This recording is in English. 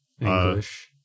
English